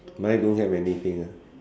mine don't have anything ah